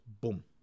boom